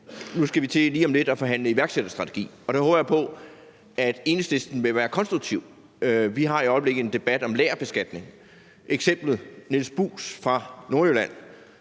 om, at vi nu lige om lidt skal til at forhandle iværksætterstrategi, og der håber jeg på, at Enhedslisten vil være konstruktiv. Vi har i øjeblikket en debat om lagerbeskatning. Et eksempel er Niels Buus fra Nordjylland,